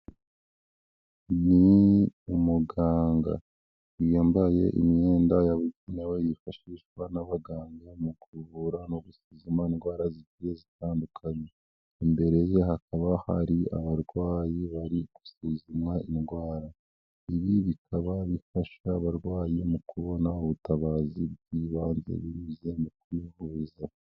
Ni umuganga, yambaye imyenda yabugenewe yifashishwa n'abaganga mu kuvura no gusuzuma indwara zigiye zitandukanye, imbere ye hakaba hari abarwayi bari gusuzuma indwara, ibi bikaba bifasha abarwayi mu kubona ubutabazi bw'ibanze binyuze mu kwihuza.